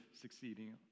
succeeding